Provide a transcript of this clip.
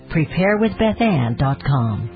PrepareWithBethAnn.com